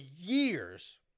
years